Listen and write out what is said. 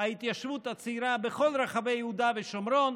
ההתיישבות הצעירה בכל רחבי יהודה ושומרון,